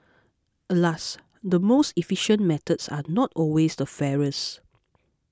alas the most efficient methods are not always the fairest